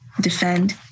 defend